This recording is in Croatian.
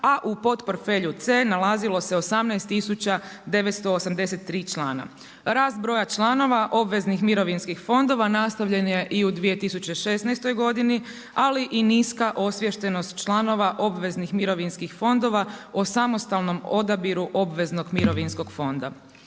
a u port portfelju C nalazilo se 18 tisuća 983 člana. Rast broja članova obveznih mirovinskih fondova, nastavljen je i u 2016. godini, ali i niska osviještenost članova obveznih mirovinskih fondova o samostalnom odabiru obveznog mirovinskog fonda.